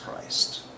Christ